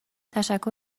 تشکر